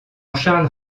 charles